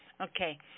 Okay